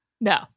No